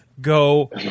go